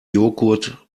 jogurt